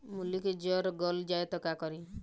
मूली के जर गल जाए त का करी?